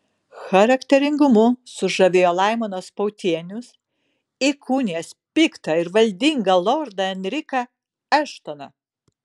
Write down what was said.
charakteringumu sužavėjo laimonas pautienius įkūnijęs piktą ir valdingą lordą enriką eštoną